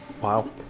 wow